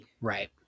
Right